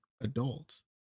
adults